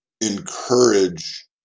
encourage